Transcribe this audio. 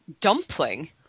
Dumpling